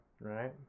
right